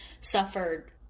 suffered